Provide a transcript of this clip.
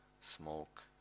smoke